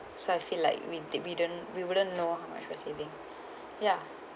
so I feel like we did we don't we wouldn't know how much for saving ya